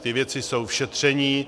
Ty věci jsou v šetření.